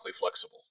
flexible